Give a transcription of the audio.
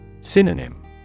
Synonym